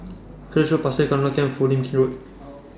Halifax Road Pasir Laba Camp Foo Lin's Road